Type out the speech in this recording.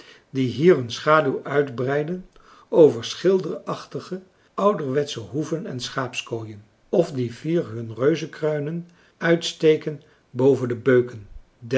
die hier hun schaduw uitbreiden over schilderachtige ouderwetsche hoeven en schaapskooien of die fier hun reuzenkruinen uitsteken boven de beuken